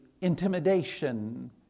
intimidation